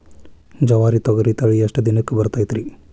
ಜವಾರಿ ತೊಗರಿ ತಳಿ ಎಷ್ಟ ದಿನಕ್ಕ ಬರತೈತ್ರಿ?